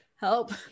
help